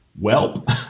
Welp